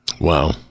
Wow